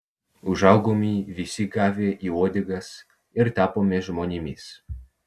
užaugome visi gavę į uodegas ir tapome žmonėmis